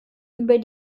über